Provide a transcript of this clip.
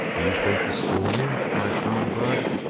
do you think to school me? cried colonel budd.